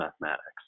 mathematics